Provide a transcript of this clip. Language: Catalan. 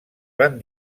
van